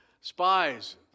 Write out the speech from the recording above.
spies